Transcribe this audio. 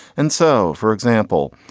and so, for example,